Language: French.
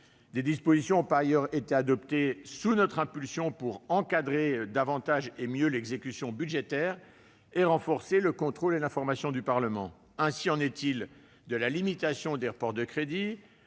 Des dispositions ont par ailleurs été adoptées, sur notre initiative, afin de mieux encadrer l'exécution budgétaire et de renforcer le contrôle et l'information du Parlement. Ainsi en est-il de la limitation des reports de crédits,